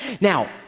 Now